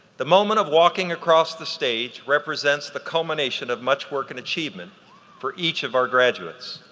the moment of walking across the stage represents the culmination of much work and achievement for each of our graduates.